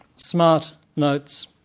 smart notes,